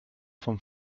vom